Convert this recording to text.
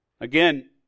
Again